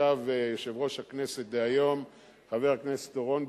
ישבו יושב-ראש הכנסת דהיום וחבר הכנסת אורון,